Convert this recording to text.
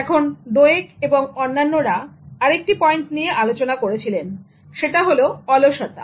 এখন ডোয়েক এবং অন্যান্যরা আরেকটি পয়েন্ট নিয়ে আলোচনা করেছিলেন সেটা হল অলসতা